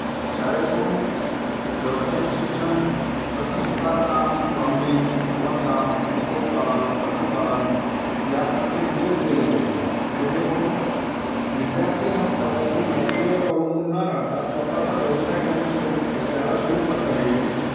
शाळेतून व्यावसायिक शिक्षण जसे सुतारकाम प्लंबिंग शिवणकाम कुक्कुटपालन पशुपालन यासारखे दिलेच गेले पाहिजे जेणेकरून स विद्यार्थी हा सर्वस्वी नोकरीवर अवलंबून न राहता स्वतःचा व्यवसाय त्याने सुरू त्याला सुरू करता यावी